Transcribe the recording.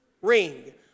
ring